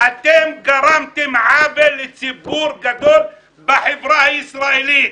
אתם גרמתם עוול לציבור גדול בחברה הישראלית.